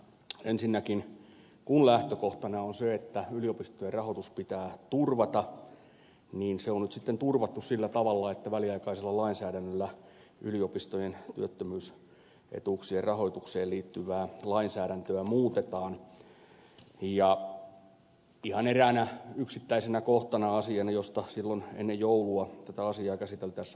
ensinnäkin kun lähtökohtana on se että yliopistojen rahoitus pitää turvata niin se on nyt sitten turvattu sillä tavalla että väliaikaisella lainsäädännöllä yliopistojen työttömyysetuuksien rahoitukseen liittyvää lainsäädäntöä muutetaan ja ihan eräänä yksittäisenä kohtana asiani josta silloin ennen joulua tätä asiaa käsiteltäessä puhuttiin